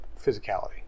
physicality